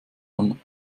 hand